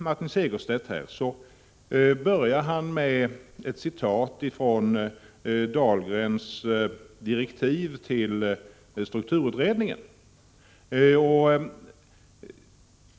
Martin Segerstedt började sitt anförande med att citera ur Anders Dahlgrens direktiv till strukturutredningen.